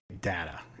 data